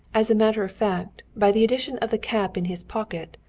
as a matter of fact, by the addition of the cap in his pocket,